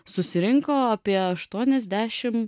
susirinko apie aštuoniasdešimt